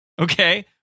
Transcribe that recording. Okay